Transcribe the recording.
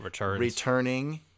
returning